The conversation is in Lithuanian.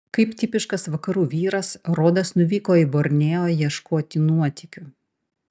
kaip tipiškas vakarų vyras rodas nuvyko į borneo ieškoti nuotykių